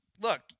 Look